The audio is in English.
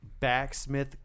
backsmith